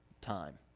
time